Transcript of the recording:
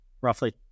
roughly